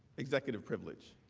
executive privilege.